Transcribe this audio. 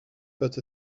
but